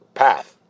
path